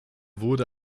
wurde